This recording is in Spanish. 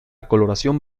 coloración